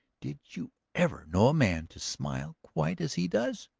did you ever know a man to smile quite as he does?